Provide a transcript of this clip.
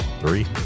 Three